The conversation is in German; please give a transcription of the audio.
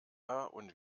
und